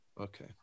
okay